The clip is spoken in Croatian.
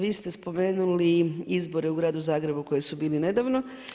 Vi ste spomenuli izbore u gradu Zagrebu koji su bili nedavno.